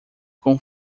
com